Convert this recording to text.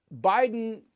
Biden